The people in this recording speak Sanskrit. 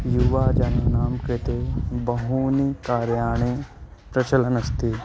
युवजनानां कृते बहूनि कार्याणि प्रचलन् अस्ति